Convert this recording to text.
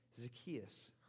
Zacchaeus